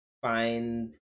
finds